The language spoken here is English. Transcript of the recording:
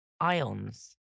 ions